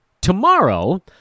tomorrow